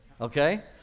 okay